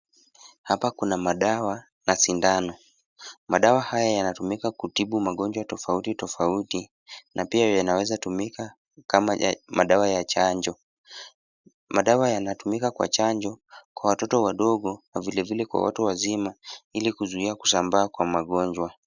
Hapa kuna madawa na sindano, madawa haya yanatumika kutibu magonjwa tofauti tofauti na pia yanaweza tumika kama madawa ya chanjo. Madawa yanatumika kwa chanjo kwa watoto wadogo na vile vile kwa watu wazima ili kuzuia kusambaa kwa magonjwa.